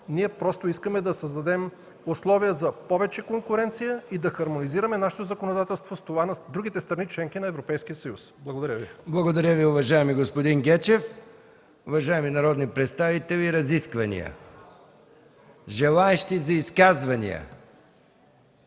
Ние просто искаме да създадем условия за повече конкуренция и да хармонизираме нашето законодателство с това на другите страни – членки на Европейския съюз. Благодаря Ви. ПРЕДСЕДАТЕЛ МИХАИЛ МИКОВ: Благодаря Ви, уважаеми господин Гечев. Уважаеми народни представители, разисквания. Желаещи за изказвания?